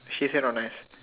she said not nice